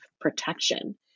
protection